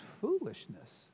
foolishness